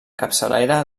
capçalera